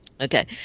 Okay